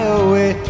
away